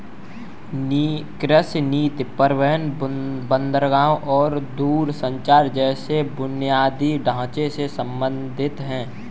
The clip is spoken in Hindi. कृषि नीति परिवहन, बंदरगाहों और दूरसंचार जैसे बुनियादी ढांचे से संबंधित है